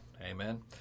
Amen